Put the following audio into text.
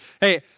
Hey